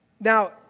Now